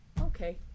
okay